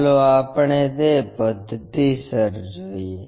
ચાલો આપણે તે પદ્ધતિ સર જોઈએ